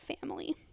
family